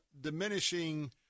diminishing